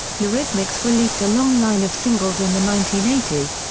eurythmics released a long line of singles in the nineteen eighty s,